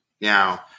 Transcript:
Now